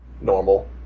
normal